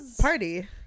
party